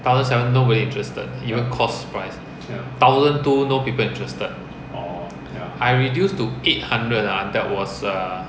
thousand seven nobody interested even cost price thousand two no people interested I reduced to eight hundred ah that was err